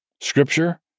scripture